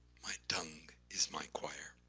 my tongue is my choir.